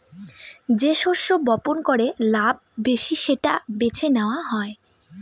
যে শস্য বপন করে লাভ বেশি সেটা বেছে নেওয়া হয়